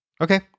Okay